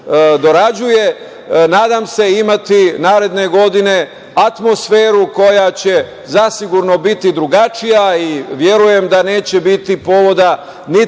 dorađuje, nadam se imati naredne godine atmosferu koja će zasigurno biti drugačija. Verujem da neće biti povoda niti za